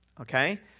Okay